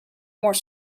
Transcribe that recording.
more